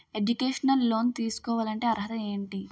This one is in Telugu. ఎడ్యుకేషనల్ లోన్ తీసుకోవాలంటే అర్హత ఏంటి?